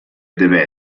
deve